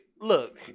Look